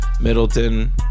Middleton